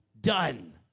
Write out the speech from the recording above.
Done